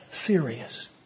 serious